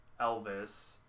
Elvis